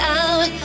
out